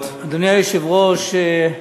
היושב-ראש,